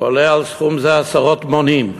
עולה על סכום זה עשרות מונים,